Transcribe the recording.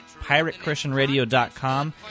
piratechristianradio.com